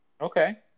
Okay